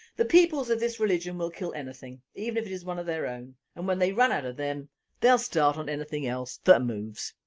the peoples of this religion will kill anything even if it is one of their own and when they run out of them they will start on anything else that moves.